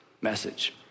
message